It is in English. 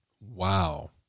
Wow